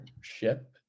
ship